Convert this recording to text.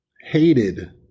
hated